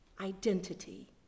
identity